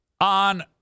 on